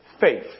faith